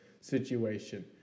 situation